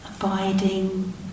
Abiding